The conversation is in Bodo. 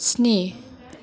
स्नि